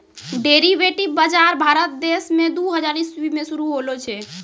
derivative बजार भारत देश मे दू हजार इसवी मे शुरू होलो छै